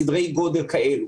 סדרי גודל כאלה.